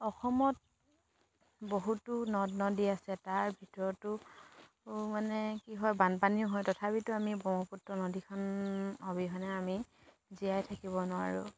অসমত বহুতো নদ নদী আছে তাৰ ভিতৰতো মানে কি হয় বানপানীও হয় তথাপিতো আমি ব্ৰহ্মপুত্ৰ নদীখনৰ অবিহনে আমি জীয়াই থাকিব নোৱাৰোঁ